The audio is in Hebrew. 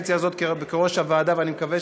בכוח-אדם רפואי,